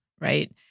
Right